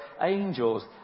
angels